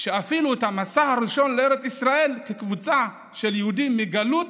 אפילו המסע הראשון לארץ ישראל של קבוצה של יהודים מהגלות